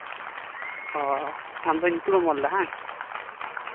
ᱦᱚᱸ ᱟᱢᱫᱚ ᱧᱩᱛᱩᱢᱮᱢ ᱚᱞᱫᱟ ᱵᱟᱝ